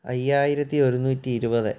അയ്യായിരത്തി ഒരുന്നൂറ്റി ഇരുപത്